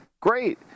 Great